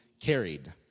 carried